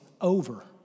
over